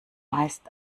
meist